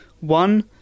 One